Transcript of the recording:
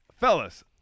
Fellas